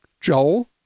Joel